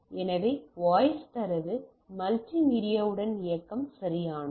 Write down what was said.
எனவே வாய்ஸ் தரவு மல்டிமீடியாவுடன் இயக்கம் சரியானது